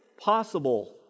possible